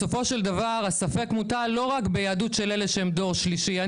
בסופו של דבר הספק מוטל לא רק ביהדות של אלה שהם דור שלישי.